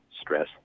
stress